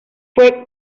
fue